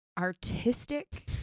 artistic